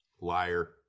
Liar